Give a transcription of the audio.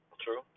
True